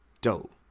dope